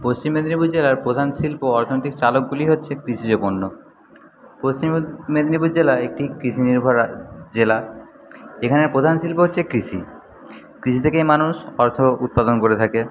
পশ্চিম মেদিনীপুর জেলার প্রধান শিল্প অর্থনৈতিক চালকগুলি হচ্ছে কৃষিজ পণ্য পশ্চিম মেদ মেদিনীপুর জেলা একটি কৃষিনির্ভর রা জেলা এখানে প্রধান শিল্প হচ্ছে কৃষি কৃষি থেকেই মানুষ অর্থ উৎপাদন করে থাকে